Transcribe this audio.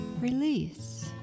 release